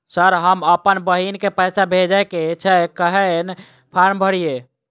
Sir हम अप्पन बहिन केँ पैसा भेजय केँ छै कहैन फार्म भरीय?